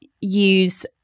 use